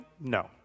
No